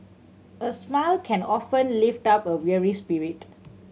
a smile can often lift up a weary spirit